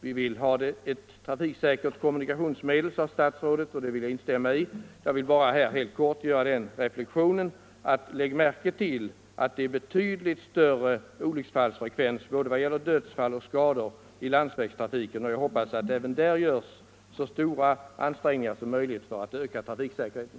Vi vill ha ett kommunikationssäkert trafikmedel, sade statsrådet. Det vill jag också instämma i. Jag vill bara här helt kortfattat göra det påpekandet att det är betydligt större olycksfallsfrekvens i landsvägstrafiken än det är i järnvägstrafiken, varför jag hoppas att så stora ansträngningar som möjligt görs även på det förra området för att öka trafiksäkerheten.